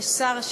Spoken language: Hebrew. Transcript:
יש שר.